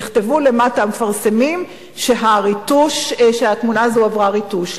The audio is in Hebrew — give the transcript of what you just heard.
יכתבו המפרסמים למטה שהתמונה הזאת עברה ריטוש,